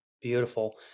Beautiful